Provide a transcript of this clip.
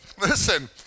Listen